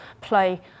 play